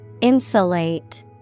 Insulate